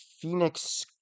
Phoenix